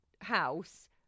house